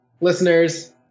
listeners